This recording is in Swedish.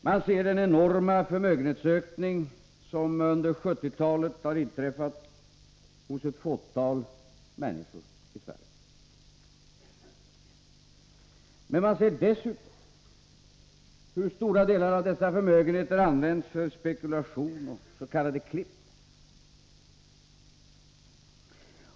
Man ser den enorma förmögenhetsökning som under 1970-talet har inträffat hos ett fåtal människor i Sverige. Men man ser dessutom hur stora delar av dessa förmögenheter har använts för spekulation och s.k. klipp.